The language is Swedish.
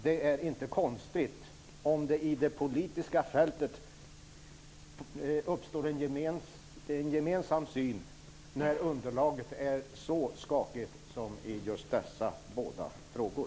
Det är inte konstigt om det inom det politiska fältet uppstår en gemensam syn när underlaget är så skakigt som det är i just dessa båda frågor.